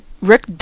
Rick